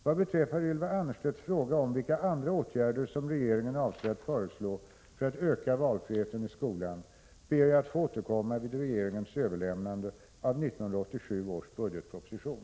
Vad beträffar Ylva Annerstedts fråga om vilka andra åtgärder regeringen avser att föreslå för att öka valfriheten i skolan ber jag att få återkomma vid regeringens överlämnande av 1987 års budgetproposition.